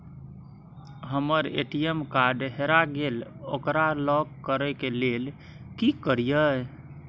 हमर ATM card हेरा गेल ओकरा लॉक करै के लेल की करियै?